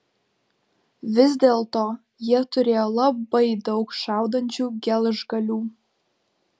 vis dėlto jie turėjo labai daug šaudančių gelžgalių